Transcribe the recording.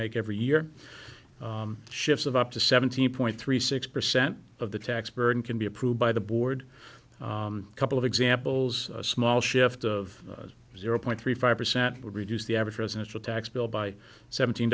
make every year shifts of up to seventeen point three six percent of the tax burden can be approved by the board a couple of examples a small shift of zero point three five percent would reduce the average residential tax bill by seventeen